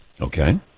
Okay